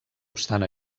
obstant